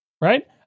right